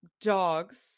dogs